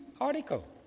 article